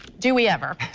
do we ever.